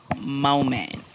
moment